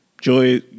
Joy